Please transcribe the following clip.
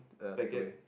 packet